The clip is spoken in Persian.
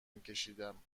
میکشیدم